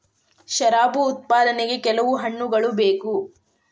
ಶರಾಬು ಉತ್ಪಾದನೆಗೆ ಕೆಲವು ಹಣ್ಣುಗಳ ಬೇಕು